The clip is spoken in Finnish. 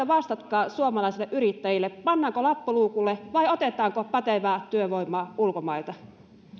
vastaatte suomalaisille yrittäjille pannaanko lappu luukulle vai otetaanko pätevää työvoimaa ulkomailta